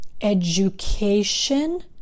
education